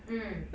mm